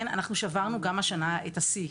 כן, אנחנו שברנו גם השנה את השיא.